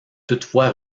toutefois